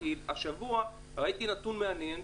כי השבוע ראיתי נתון מעניין,